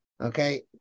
Okay